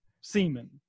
semen